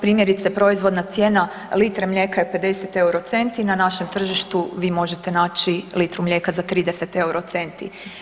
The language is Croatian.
Primjerice, proizvodna cijena litre mlijeka je 50 eurocenti, na našem tržištu vi možete naći litru mlijeka za 30 eurocenti.